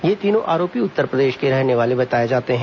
ये तीनों आरोपी उत्तरप्रदेश के रहने वाले बताए जाते हैं